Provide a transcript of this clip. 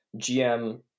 GM